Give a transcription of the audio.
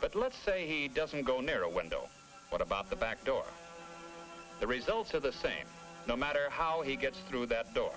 but let's say he doesn't go near a window what about the back door the results are the same no matter how he gets through that door